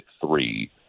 three